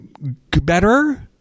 better